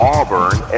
Auburn